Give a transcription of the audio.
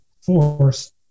force